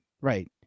right